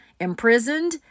imprisoned